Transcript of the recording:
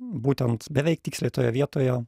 būtent beveik tiksliai toje vietoje